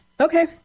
Okay